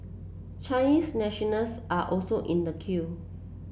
Chinese nationals are also in the queue